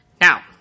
Now